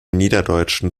niederdeutschen